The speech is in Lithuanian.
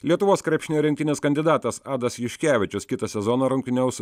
lietuvos krepšinio rinktinės kandidatas adas juškevičius kitą sezoną rungtyniaus